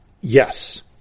Yes